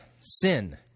sin